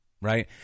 Right